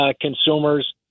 consumers